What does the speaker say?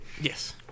Yes